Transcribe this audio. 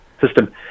system